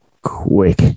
quick